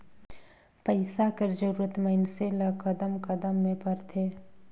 पइसा कर जरूरत मइनसे ल कदम कदम में परथे